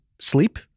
sleep